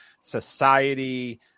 society